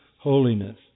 holiness